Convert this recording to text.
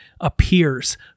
appears